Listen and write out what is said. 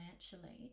financially